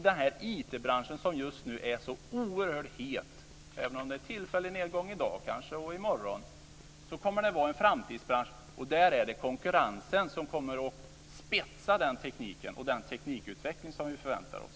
Den IT-bransch som är så oerhört het - även om det är en tillfällig nedgång i dag eller i morgon - kommer att vara en framtidsbransch. Där är det konkurrensen som kommer att spetsa tekniken och den teknikutveckling vi förväntar oss.